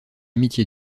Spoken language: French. amitié